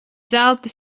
zelta